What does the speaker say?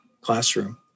classroom